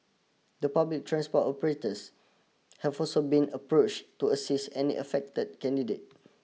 the public transport operators have also been approach to assist any affected candidate